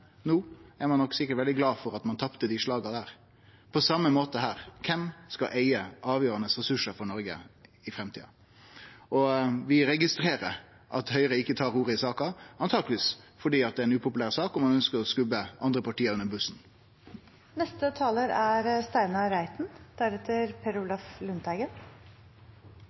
no er ein sikkert veldig glad for at ein tapte dei slaga. Det er på same måten no: Kven skal eige avgjerande ressursar for Noreg i framtida? Vi registrerer at Høgre ikkje tar ordet i saka, antakeleg fordi det er ei upopulær sak og ein ønskjer å skubbe andre parti under